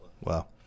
wow